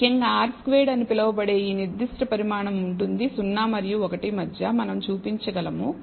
ముఖ్యంగా r squared అని పిలువబడే ఈ నిర్దిష్ట పరిమాణం ఉంటుంది 0 మరియు 1 మధ్య మనం చూపించగలము